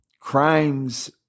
Crimes